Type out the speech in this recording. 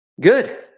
Good